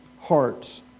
hearts